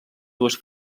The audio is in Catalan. dues